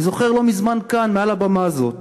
אני זוכר לא מזמן שכאן, מעל הבמה הזאת,